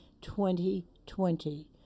2020